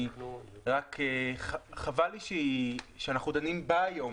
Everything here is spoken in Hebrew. רק חבל לי שאנחנו דנים בה היום